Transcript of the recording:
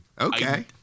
Okay